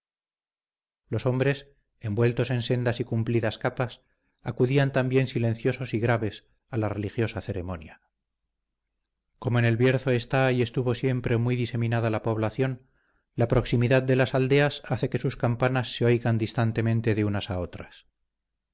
los hombres envueltos en sendas y cumplidas capas acudían también silenciosos y graves a la religiosa ceremonia como en el bierzo está y estuvo siempre muy diseminada la población la proximidad de las aldeas hace que sus campanas se oigan distintamente de unas a otras